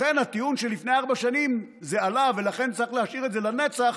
לכן הטיעון שלפני ארבע שנים זה עלה ולכן צריך להשאיר את זה לנצח